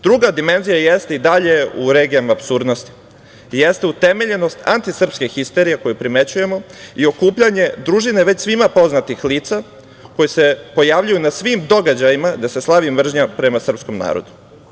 Druga dimenzija jeste i dalje u regijama apsurdnosti, jeste utemeljenost antisrpske histerije, koju primećujemo, i okupljanje družine već svima poznatih lica koji se pojavljuju na svim događajima gde se slavi mržnja prema srpskom narodu.